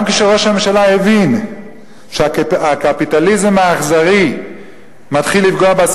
גם כשראש הממשלה הבין שהקפיטליזם האכזרי מתחיל לפגוע בליכוד,